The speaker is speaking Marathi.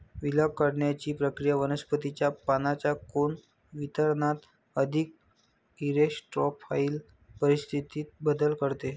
विलग करण्याची प्रक्रिया वनस्पतीच्या पानांच्या कोन वितरणात अधिक इरेक्टोफाइल परिस्थितीत बदल करते